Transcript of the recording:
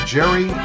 Jerry